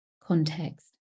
context